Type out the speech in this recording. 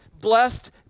blessed